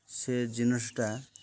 ସେ ଜିନିଷଟା